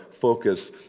focus